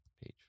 page